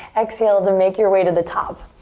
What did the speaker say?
exhale, to make your way to the top.